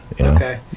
okay